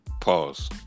Pause